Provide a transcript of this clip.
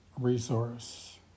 resource